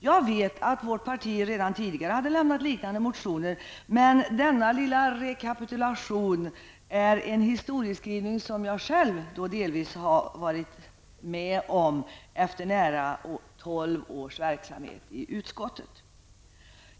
Jag vet att vårt parti redan tidigare hade väckt liknande motioner, men denna lilla rekapitulation av historien avser en period som jag själv varit med om genom nära tolv års verksamhet i utskottet.